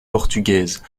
portugaise